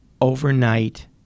overnight